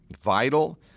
vital